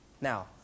Now